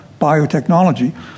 biotechnology